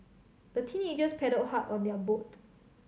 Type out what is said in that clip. the teenagers paddled hard on their boat